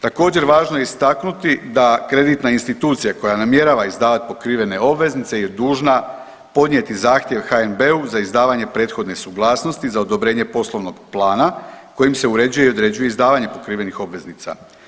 Također važno je istaknuti da kreditna institucija koja namjerava izdavati kreditne obveznice je dužna podnijeti zahtjev HNB-u za izdavanje prethodne suglasnosti za odobrenje poslovnog plana kojim se uređuje i određuje izdavanje pokrivenih obveznica.